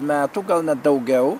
metų gal net daugiau